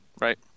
Right